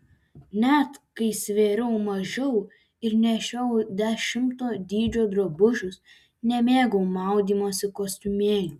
net kai svėriau mažiau ir nešiojau dešimto dydžio drabužius nemėgau maudymosi kostiumėlių